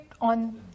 on